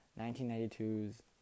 1992's